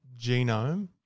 genome